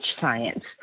science